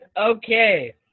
Okay